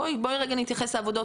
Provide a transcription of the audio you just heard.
בואי נתייחס לעבודות,